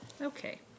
Okay